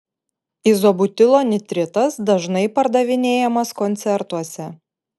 izobutilo nitritas dažnai pardavinėjamas koncertuose